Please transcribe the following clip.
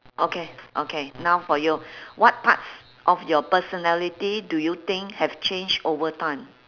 okay okay now for you what parts of your personality do you think have change over time